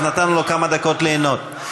אז נתנו לו כמה דקות ליהנות.